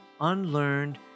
unlearned